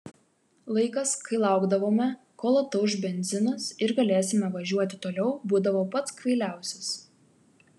laikas kai laukdavome kol atauš benzinas ir galėsime važiuoti toliau būdavo pats kvailiausias